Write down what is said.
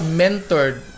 mentored